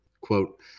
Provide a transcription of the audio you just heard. quote